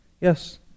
Yes